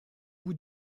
bout